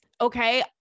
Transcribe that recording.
okay